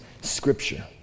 scripture